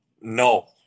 no